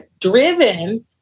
driven